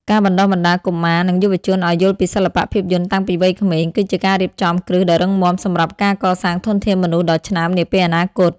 ការបណ្ដុះបណ្ដាលកុមារ និងយុវជនឱ្យយល់ពីសិល្បៈភាពយន្តតាំងពីវ័យក្មេង គឺជាការរៀបចំគ្រឹះដ៏រឹងមាំសម្រាប់ការកសាងធនធានមនុស្សដ៏ឆ្នើមនាពេលអនាគត។